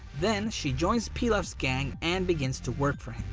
then she joins pilaf's gang and begins to work for him.